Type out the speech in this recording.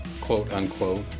quote-unquote